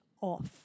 off